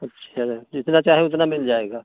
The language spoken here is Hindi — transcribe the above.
अच्छा जितना चाहें उतना मिल जाएगा